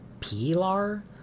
Pilar